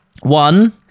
One